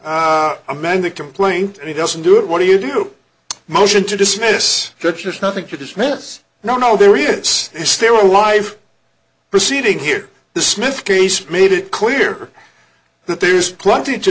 amend the complaint and he doesn't do it what do you do motion to dismiss such there's nothing to dismiss now no there is still alive proceeding here the smith case made it clear that there is plenty to